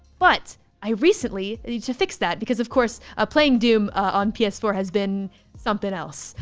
but i recently needed to fix that because of course ah playing doom on p s four has been something else,